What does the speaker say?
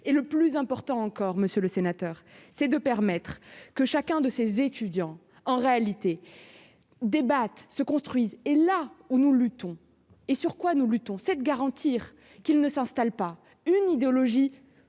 et le plus important encore, Monsieur le Sénateur, c'est de permettre que chacun de ces étudiants en réalité débattent se construisent et là où nous luttons et sur quoi nous luttons cette garantir qu'il ne s'installe pas une idéologie plus qui